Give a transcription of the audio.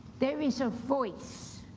there is a voice,